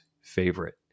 favorite